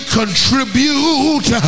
contribute